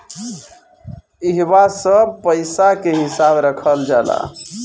इहवा सब पईसा के हिसाब रखल जाला